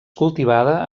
cultivada